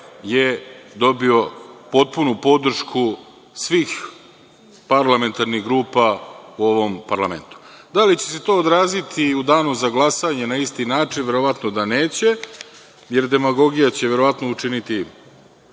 dobila potpunu podršku svih parlamentarnih grupa u ovom parlamentu. Da li će se to odraziti i u danu za glasanje na isti način? Verovatno da neće, jer demagogija će verovatno učiniti